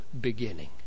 beginning